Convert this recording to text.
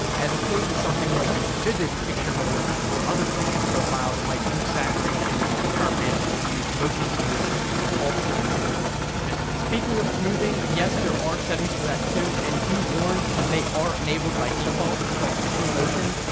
as opposed to something like the vivid picture mode or other picture profile that might boost saturation, sharpness, or use motion smoothing and alter the true look of the film. speaking of smoothing, yes there are settings for that too, and be warned they are enabled by default, called trumotion.